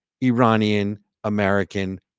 Iranian-American